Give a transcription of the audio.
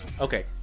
okay